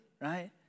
right